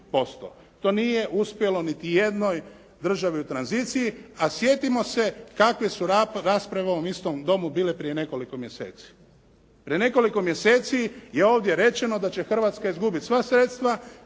to nije uspjelo niti jednoj državi u tranziciji a sjetimo se kakve su rasprave u ovom istom domu bile prije nekoliko mjeseci. Prije nekoliko mjeseci je ovdje rečeno da će Hrvatska izgubiti sva sredstva,